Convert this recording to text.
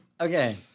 Okay